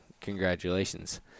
congratulations